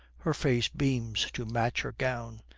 her face beams to match her gown.